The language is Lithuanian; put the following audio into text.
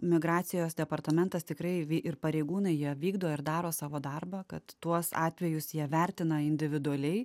migracijos departamentas tikrai vi ir pareigūnai jie vykdo ir daro savo darbą kad tuos atvejus jie vertina individualiai